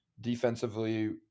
Defensively